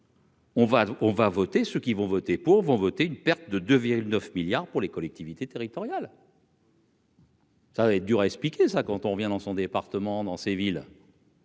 on va voter ce qui vont voter pour vont voter une perte de 2009 milliards pour les collectivités territoriales. ça va être dur à expliquer ça, quand on revient dans son département dans ces villes.